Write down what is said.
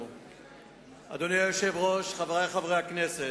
אדוני היושב-ראש, חברי חברי הכנסת,